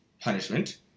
punishment